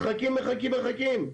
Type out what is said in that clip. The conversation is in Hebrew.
מחכים, מחכים, מחכים.